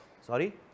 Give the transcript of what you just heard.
Sorry